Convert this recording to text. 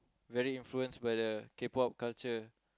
very influence by the K-pop culture